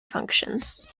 functions